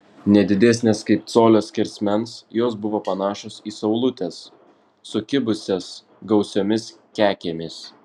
ne didesnės kaip colio skersmens jos buvo panašios į saulutes sukibusias gausiomis kekėmis